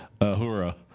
Ahura